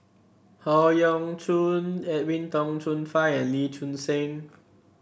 Howe Yoon Chong Edwin Tong Chun Fai and Lee Choon Seng